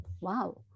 wow